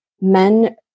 men